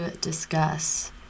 discuss